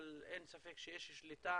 אבל אין ספק שיש שליטה